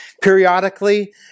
periodically